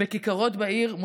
בכיכרות העיר,